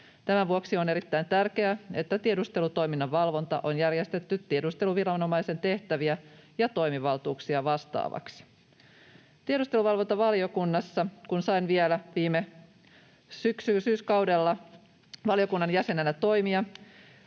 Tämän vuoksi on erittäin tärkeää, että tiedustelutoiminnan valvonta on järjestetty tiedusteluviranomaisen tehtäviä ja toimivaltuuksia vastaavaksi. Tiedusteluvalvontavaliokunnassa — kun sain vielä viime syyskaudella valiokunnan jäsenenä toimia